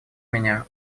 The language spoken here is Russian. меня